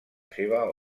seva